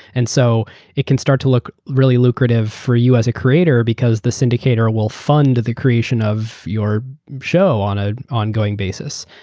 and so it can start to look really lucrative for you as a creator because the syndicator will fund the creation of your show on an ah ongoing basis.